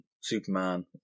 Superman